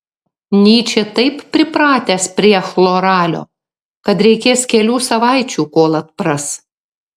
nyčė taip pripratęs prie chloralio kad reikės kelių savaičių kol atpras